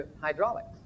hydraulics